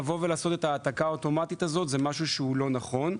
לבוא ולעשות את ההעתקה האוטומטית הזו היא משהו שהוא לא נכון.